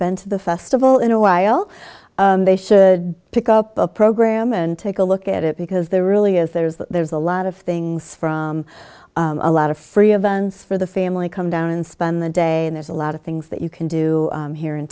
been to the festival in awhile they should pick up a program and take a look at it because there really is there is that there's a lot of things from a lot of free events for the family come down and spend the day and there's a lot of things that you can do here in